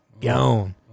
gone